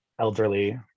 elderly